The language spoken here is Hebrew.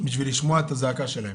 בשביל לשמוע את הזעקה שלהם.